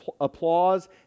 applause